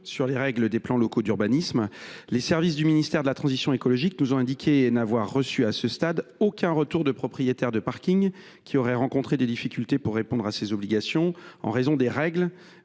sur les règles des plans locaux d’urbanisme. Les services du ministère de la transition écologique nous ont indiqué n’avoir reçu, à ce stade, aucun retour de propriétaires de parking ayant rencontré des difficultés pour répondre à ses obligations en raison des règles